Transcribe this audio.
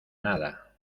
nada